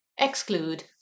exclude